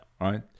right